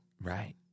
Right